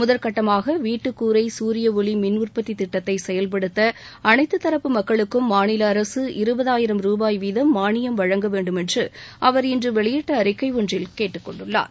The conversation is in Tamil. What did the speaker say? முதல்கட்டமாக வீட்டு கூரை குரிய ஒளி மின் உற்பத்தி திட்டத்தை செயல்படுத்த அனைத்து தரப்பு மக்களுக்கும் மாநில அரசு இருபதாயிரம் ரூபாய் வீதம் மானியம் வழங்க வேண்டுமென்று அவர் இன்று வெளியிட்ட அறிக்கை ஒன்றில் கேட்டுக் கொண்டுள்ளார்